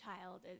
child